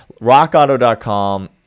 rockauto.com